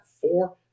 four